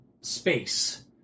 space